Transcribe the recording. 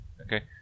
Okay